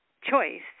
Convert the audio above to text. choice